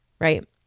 Right